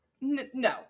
No